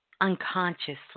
Unconsciously